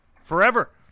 forever